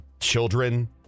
Children